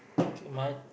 okay mine